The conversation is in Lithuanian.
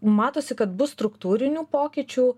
matosi kad bus struktūrinių pokyčių